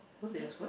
okay